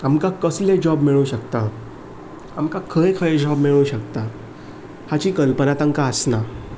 आमकां कसलें जॉब मेळूंक शकता आमकां खंय खंय जॉब मेळूं शकता हाची कल्पना आमकां आसना